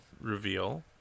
reveal